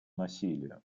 насилию